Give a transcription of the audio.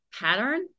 pattern